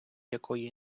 якої